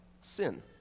sin